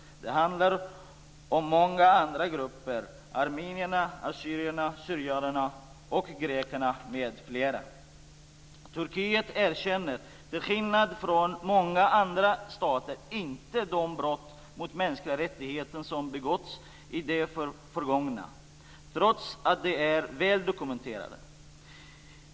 Det handlar om många andra grupper: armenierna, assyrierna/syrianerna, grekerna m.fl. Turkiet erkänner - till skillnad från många andra stater - inte de brott mot mänskligheten som begåtts i det förgångna, trots att de är väl dokumenterade.